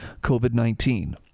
COVID-19